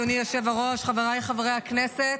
אדוני היושב-ראש, חבריי חברי הכנסת,